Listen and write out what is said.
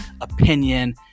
opinion